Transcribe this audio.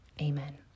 Amen